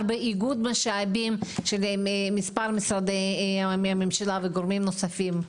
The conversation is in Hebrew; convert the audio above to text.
באיגוד משאבים של מספר משרדי ממשלה וגורמים נוספים?